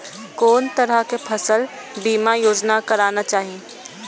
कोन तरह के फसल बीमा योजना कराना चाही?